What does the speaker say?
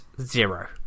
zero